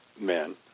men